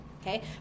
okay